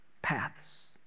paths